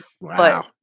wow